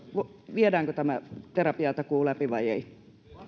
viedäänkö tämä terapiatakuu läpi vai ei